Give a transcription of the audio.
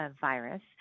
virus